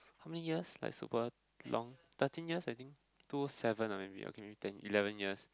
how many years like super long nineteen years I think two seven or maybe okay maybe take eleven years